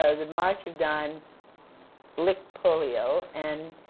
ah the march of dimes licked polio, and